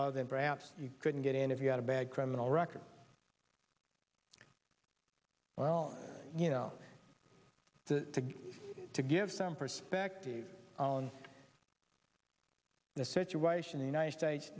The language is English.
then perhaps you couldn't get in if you had a bad criminal record well you know to to give some perspective on the situation the united states